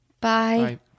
Bye